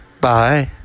Bye